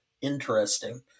interesting